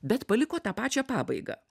bet paliko tą pačią pabaigą